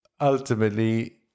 ultimately